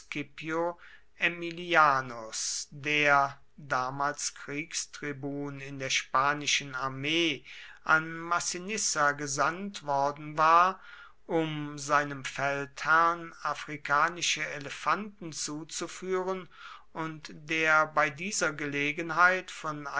aemilianus der damals kriegstribun in der spanischen armee an massinissa gesandt worden war um seinem feldherrn afrikanische elefanten zuzuführen und der bei dieser gelegenheit von